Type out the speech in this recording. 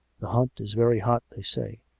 the hunt is very hot, they say.